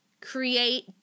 create